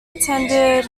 attended